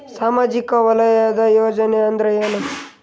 ಸಾಮಾಜಿಕ ವಲಯದ ಯೋಜನೆ ಅಂದ್ರ ಏನ?